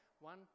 One